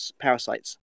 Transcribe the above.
parasites